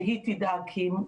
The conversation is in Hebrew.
שהיא תדע כי אם,